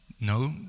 No